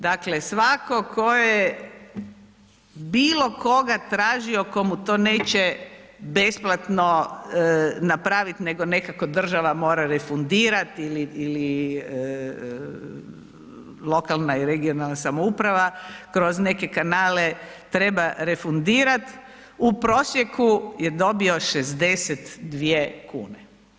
Dakle, svatko tko je bilo koga tražio tko mu to neće besplatno napraviti, nego nekako država mora refundirati ili lokalna i regionalna samouprava kroz neke kanale treba refundirati u prosjeku je dobio 62 kune.